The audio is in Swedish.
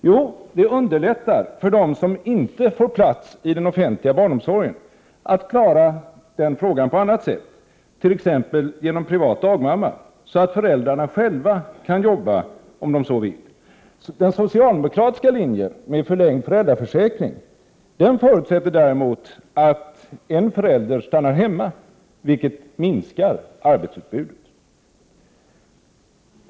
Jo, de underlättar för dem som inte får plats i den offentliga barnomsorgen att lösa problemet på annat sätt, t.ex. genom privat dagmamma, så att föräldrarna själva kan arbeta om de så vill. Den socialdemokratiska linjen med förlängd föräldraförsäkring förutsätter däremot att en förälder stannar hemma, något som minskar arbetsutbudet.